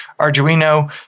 Arduino